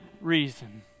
reason